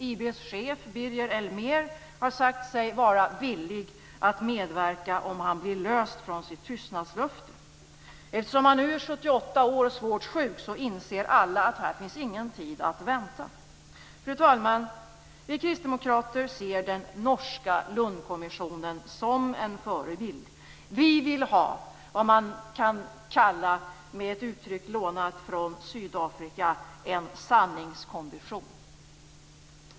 IB:s chef, Birger Elmér, har sagt sig vara villig att medverka om han blir löst från sitt tystnadslöfte. Eftersom han nu är 78 år och svårt sjuk inser alla att här finns ingen tid att vänta. Fru talman! Vi kristdemokrater ser den norska Lundkommissionen som en förebild. Vi vill ha vad man, med ett uttryck lånat från Sydafrika, kan kalla en sanningskommission.